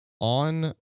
On